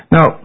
Now